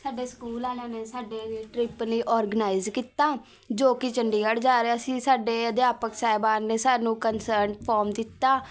ਸਾਡੇ ਸਕੂਲ ਵਾਲਿਆਂ ਨੇ ਸਾਡੇ ਟਰਿੱਪ ਲਈ ਔਰਗਨਾਈਜ਼ ਕੀਤਾ ਜੋ ਕਿ ਚੰਡੀਗੜ ਜਾ ਰਿਹਾ ਸੀ ਸਾਡੇ ਅਧਿਆਪਕ ਸਾਹਿਬਾਨ ਨੇ ਸਾਨੂੰ ਕੰਨਸਰਟ ਫੋਮ ਦਿੱਤਾ